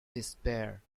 despair